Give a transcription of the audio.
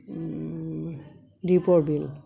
দীপৰ বিল